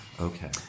Okay